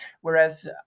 Whereas